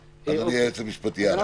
אדוני היועץ המשפטי, הלאה.